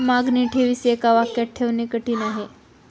मागणी ठेवीस एका वाक्यात ठेवणे कठीण आहे